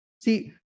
See